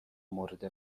مورد